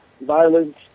violence